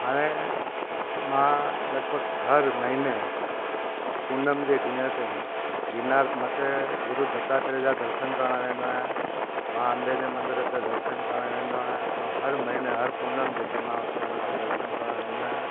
हाणे मां लगभग हर महीने पूनम जे ॾींहुं ते गिरनार मथे गुरू दत्तात्रेय जा दर्शन करणु वेंदो आहियां मां अम्बे जे मंदिर जा दर्शन करणु वेंदो आहियां ऐं हर महीने हर पूनम जे ॾींहुं मां हुते मथे दर्शन करणु वेंदो आहियां